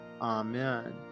Amen